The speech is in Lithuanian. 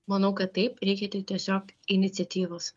manau kad taip reikia tik tiesiog iniciatyvos